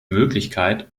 möglichkeit